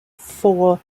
for